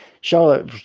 Charlotte